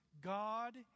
God